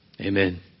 Amen